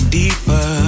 deeper